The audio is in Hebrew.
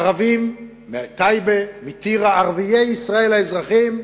ערבים מטייבה, מטירה, ערביי ישראל, האזרחים,